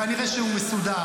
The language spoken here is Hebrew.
כנראה שהוא מסודר,